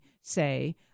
say